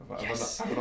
Yes